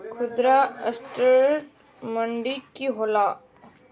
खुदरा असटर मंडी की होला?